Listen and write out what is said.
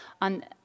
on